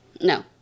No